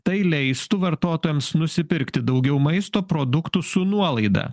tai leistų vartotojams nusipirkti daugiau maisto produktų su nuolaida